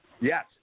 Yes